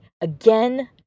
Again